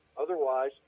Otherwise